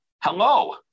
hello